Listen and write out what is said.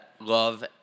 love